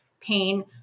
pain